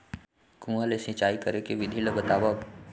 कुआं ले सिंचाई करे के विधि ला बतावव?